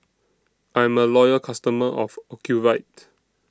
I'm A Loyal customer of Ocuvite